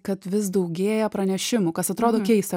kad vis daugėja pranešimų kas atrodo keista